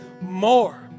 more